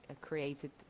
created